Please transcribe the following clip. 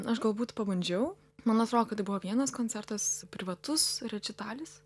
aš galbūt pabandžiau man atrodo kad tai buvo vienas koncertas privatus rečitalis